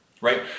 right